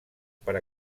per